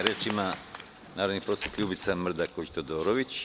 Reč ima narodni poslanik Ljubica Mrdaković Todorović.